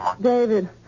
David